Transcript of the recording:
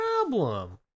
problem